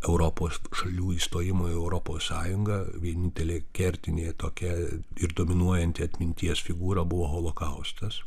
europos šalių įstojimo į europos sąjungą vienintelė kertinė tokia ir dominuojantį atminties figūra buvo holokaustas